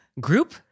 group